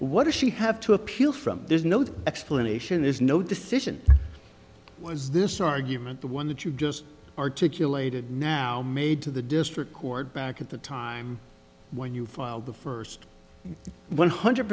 what does she have to appeal from there's no the explanation is no decision was this argument the one that you've just articulated now made to the district court back at the time when you filed the first one hundred